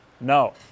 No